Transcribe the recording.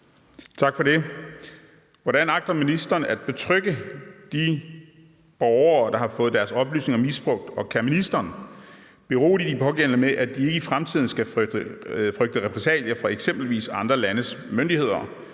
Hvordan agter ministeren at betrygge de borgere, der har fået deres oplysninger misbrugt, og kan ministeren berolige de pågældende med, at de ikke i fremtiden skal frygte repressalier fra eksempelvis andre landes myndigheder,